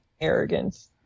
arrogance